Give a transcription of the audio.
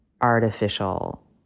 artificial